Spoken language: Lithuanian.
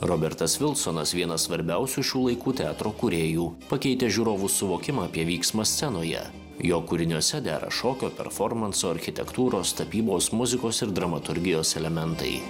robertas vilsonas vienas svarbiausių šių laikų teatro kūrėjų pakeitė žiūrovų suvokimą apie vyksmą scenoje jo kūriniuose dera šokio performanso architektūros tapybos muzikos ir dramaturgijos elementai